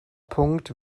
punkt